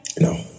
No